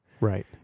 right